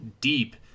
deep